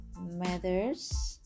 matters